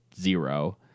zero